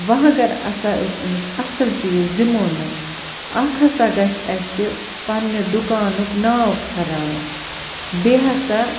وۅنۍ اگر ہسا أسۍ أمِس اَصٕل چیٖز دِمَو نہٕ اَکھ ہسا گَژھِ اَسہِ پَنٕنہِ دُکانُک ناو خراب بیٚیہِ ہسا